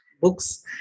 books